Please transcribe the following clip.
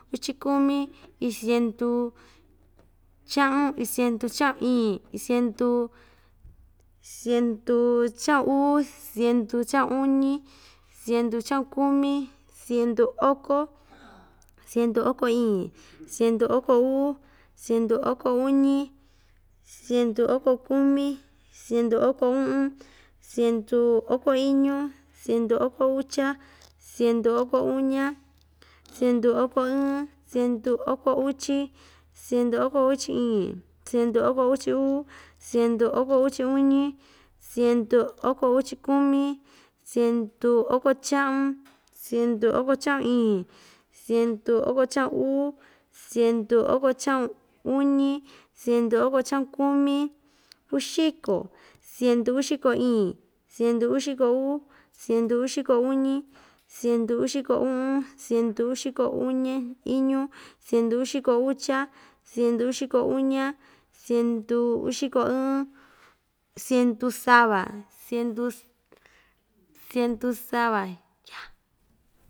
Uchi kumi, in cientu chaꞌun, in cientu chaꞌun iin, iin cientu cientu chaꞌun uu, cientu chaꞌun uñi, cientu chaꞌun kumi, cientu oko, cientu oko iin, cientu oko uu, cientu oko uñi, cientu oko kumi, cientu oko uꞌun, cientu oko iñu. cientu oko ucha, cientu oko uña, cientu oko ɨɨn, cientu oko uchi, cientu oko uchi iin, cientu oko uchi uu, cientu oko uchi uñi, cientu oko uchi kumi, cientu oko chaꞌun, cientu oko chaꞌun iin, cientu oko chaꞌun uu, cientu oko chaꞌun uñi, cientu oko chaꞌun kumi, uxiko, cientu uxiko iin, cientu uxiko uu, cientu uxiko uñi, cientu uxiko uꞌun, cientu uxiko uñe, iñu, cientu uxiko ucha, cientu uxiko uña, cientu uxiko ɨɨn, cientu sava, cientu, cientu sava yaa.